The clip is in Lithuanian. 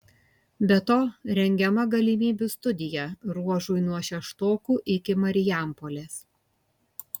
be to rengiama galimybių studija ruožui nuo šeštokų iki marijampolės